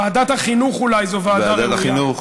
ועדת החינוך אולי, זו ועדה ראויה.